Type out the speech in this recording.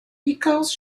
because